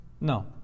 No